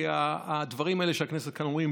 כי הדברים האלה שכאן בכנסת אומרים,